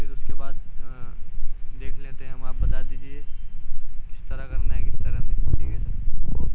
پھر اس کے بعد دیکھ لیتے ہیں ہم آپ بتا دیجیے کس طرح کرنا ہے کس طرح نہیں ٹھیک ہے سر اوکے